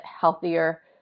healthier